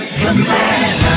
command